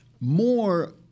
More